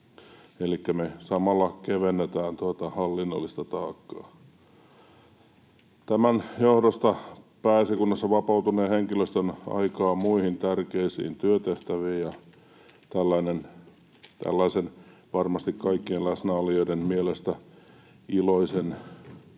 Elikkä me samalla kevennetään tuota hallinnollista taakkaa. Tämän johdosta Pääesikunnassa vapautuneen henkilöstön aikaa on muihin tärkeisiin työtehtäviin, ja tällaisen varmasti kaikkien läsnäolijoiden mielestä iloisen